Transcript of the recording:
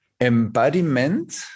embodiment